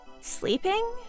sleeping